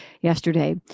yesterday